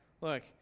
look